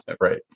Right